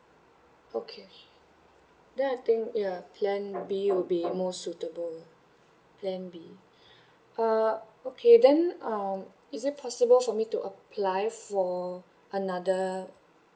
okay then I think ya plan B will be most suitable plan B uh okay then um is it possible for me to apply for another